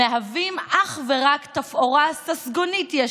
מהווים אך ורק תפאורה ססגונית שלהם,